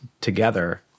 together